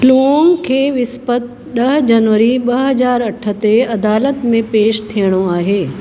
लौंग खे विस्पति ॾह जनवरी ॿ हज़ार अठ ते अदालत में पेश थियणो आहे